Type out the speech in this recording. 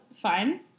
fine